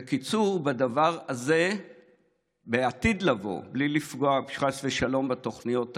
בקיצור, לעתיד לבוא, בלי לפגוע בתוכניות האלה,